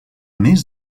més